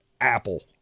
Apple